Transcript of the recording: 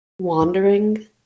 wandering